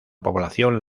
población